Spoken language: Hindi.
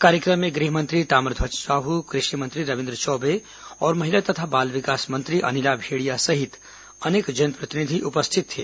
कार्यक्रम में गृह मंत्री ताम्रध्वज साह कृषि मंत्री रविन्द्र चौबे और महिला तथा बाल विकास मंत्री अनिला भेंड़िया सहित अनेक जनप्रतिनिधि उपस्थित थे